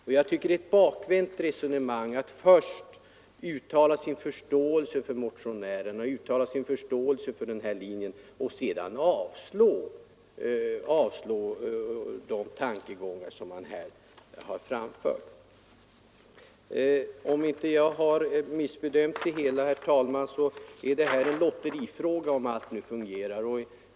Det är ett bakvänt resonemang att först uttala sin förståelse för motionärens linje och sedan avstyrka de tankegångar som framförts. Om jag inte har missbedömt det hela, herr talman, är detta en lotterifråga om nu allt fungerar.